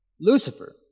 Lucifer